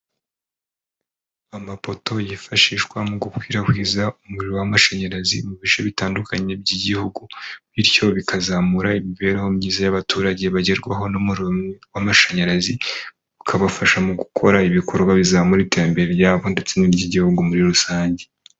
Amapoto yifashishwa mu gukwirakwiza umuriro w'amashanyarazi mu bice bitandukanye by'igihugu, bityo bikazamura imibereho myiza y'abaturage bagerwaho w'amashanyarazi, ukabafasha mu gukora ibikorwa bizamura iterambere ryabo ndetse n'iry'igihugu muri rusange.